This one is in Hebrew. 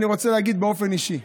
אני רוצה להגיד באופן אישי: